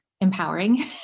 empowering